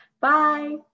Bye